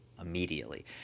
immediately